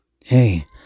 Hey